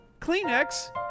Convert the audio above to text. Kleenex